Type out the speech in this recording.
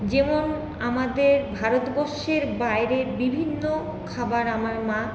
যেমন আমাদের ভারতবর্ষের বাইরের বিভিন্ন খাবার আমার মা